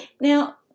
now